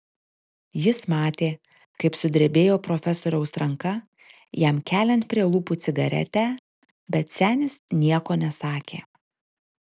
jis matė kaip sudrebėjo profesoriaus ranka jam keliant prie lūpų cigaretę bet senis nieko nesakė